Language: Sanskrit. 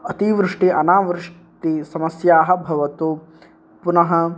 अतिवृष्टि अनावृष्टिसमस्याः भवतु पुनः